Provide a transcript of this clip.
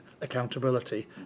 accountability